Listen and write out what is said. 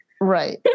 Right